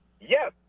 Yes